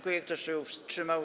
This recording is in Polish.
Kto się wstrzymał?